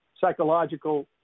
Psychological